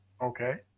Okay